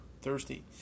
thirsty